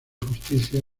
justicia